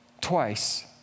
twice